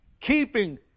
keeping